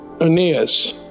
Aeneas